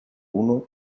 uno